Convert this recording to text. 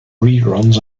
reruns